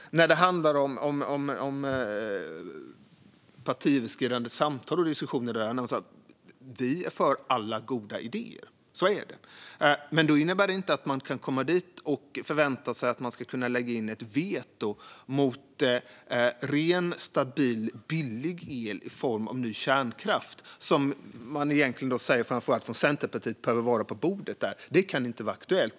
Vad gäller partiöverskridande samtal och diskussioner är vi för alla goda idéer. Men det innebär inte att man kan komma dit och förvänta sig att man ska kunna lägga in ett veto mot ren, stabil, billig el i form av ny kärnkraft, vilket man från framför allt Centerpartiet säger behöver vara på bordet. Det kan inte vara aktuellt.